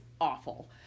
awful